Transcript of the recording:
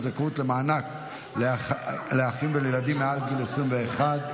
זכאות למענק לאחים ולילדים מעל גיל 21),